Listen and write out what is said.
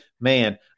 man